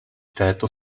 této